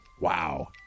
Wow